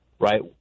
right